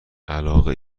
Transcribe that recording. علاقه